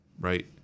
right